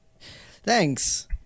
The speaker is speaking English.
Thanks